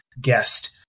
guest